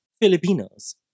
Filipinos